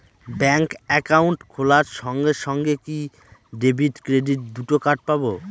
Bank account খোলার সঙ্গে সঙ্গে কি ডেবিট ক্রেডিট দুটো কার্ড পাবো?